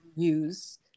use